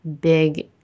big